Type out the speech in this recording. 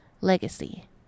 Legacy